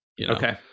Okay